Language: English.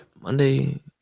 Monday